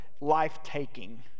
life-taking